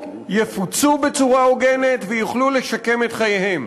יפוצו בצורה הוגנת ויוכלו לשקם את חייהם.